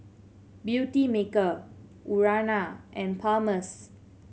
Beautymaker Urana and Palmer's